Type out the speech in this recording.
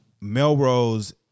Melrose